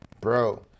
bro